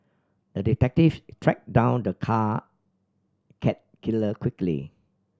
the detective tracked down the car cat killer quickly